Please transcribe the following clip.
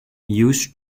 used